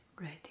ready